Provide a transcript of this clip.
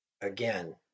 Again